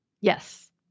Yes